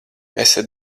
esat